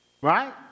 right